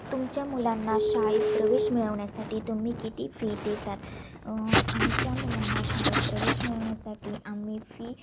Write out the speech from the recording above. तुमच्या मुलांना शाळेत प्रवेश मिळवण्यासाठी तुम्ही किती फी देतात आमच्या मुलांना शाळेत प्रवेश मिळवण्यासाठी आम्ही फी